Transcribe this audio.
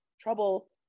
trouble